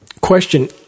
Question